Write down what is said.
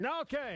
Okay